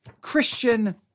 Christian